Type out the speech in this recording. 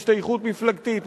השתייכות מפלגתית,